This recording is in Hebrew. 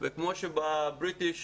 וכמו שב-British